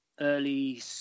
early